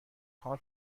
حال